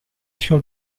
sur